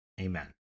Amen